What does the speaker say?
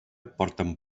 porten